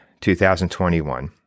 2021